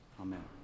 Amen